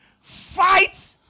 Fight